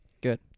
good